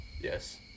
Yes